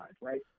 right